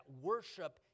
worship